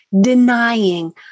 denying